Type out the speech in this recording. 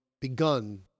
begun